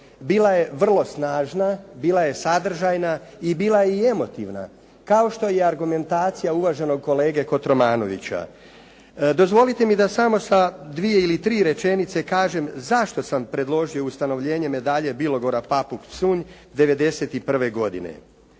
bila je vrlo snažna, bila je sadržajna i bila je i emotivna, kao što je i argumentacija uvaženog kolege Kotromanovića. Dozvolite mi da samo sa dvije ili tri rečenice kažem zašto sam predložio ustanovljenje medalje Bilogora, Papuk, Psunj '91. godine.